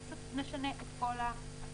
אנחנו פשוט נשנה את כל הפסקה.